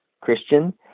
Christian